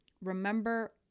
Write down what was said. remember